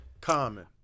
Common